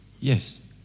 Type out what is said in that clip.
Yes